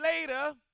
later